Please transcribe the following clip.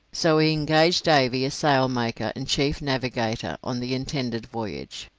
so he engaged davy as sailmaker and chief navigator on the intended voyage.